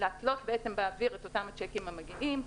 להתלות באוויר את אותם השיקים המגיעים.